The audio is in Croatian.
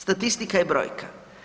Statistika je brojka.